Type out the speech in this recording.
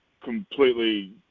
completely